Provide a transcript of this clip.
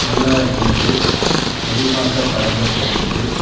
நல்லா இருந்தது தெளிவாக படங்கள் தெரிந்தது